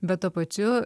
bet tuo pačiu